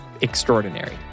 extraordinary